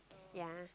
ya